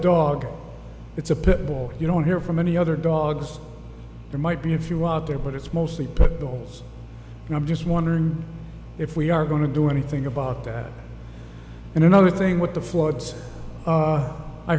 dog it's a pit bull you don't hear from any other dogs there might be a few out there but it's mostly put goals and i'm just wondering if we are going to do anything about that and another thing with the floods